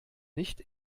nicht